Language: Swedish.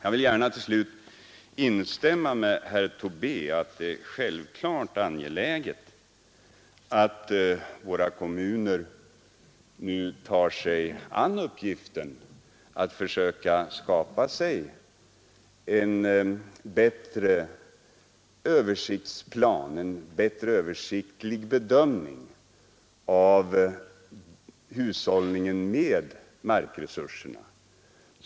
Jag vill gärna till slut instämma med herr Tobé i att det självfallet är angeläget att våra kommuner nu tar sig an uppgiften att försöka skapa en bättre översiktlig bedömning av hushållningen med markresurserna.